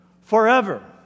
forever